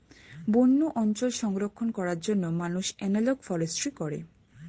বন্য অঞ্চল সংরক্ষণ করার জন্য মানুষ এনালগ ফরেস্ট্রি করে